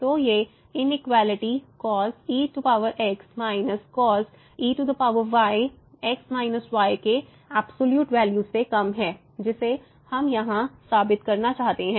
तो ये inequality cos ex−cos ey x y के एब्सॉल्यूट वैल्यू से कम है जिसे हम यहाँ साबित करना चाहते हैं